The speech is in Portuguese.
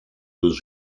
dos